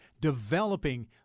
developing